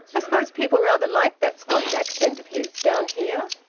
i suppose people rather like that scotch accent of his, down here?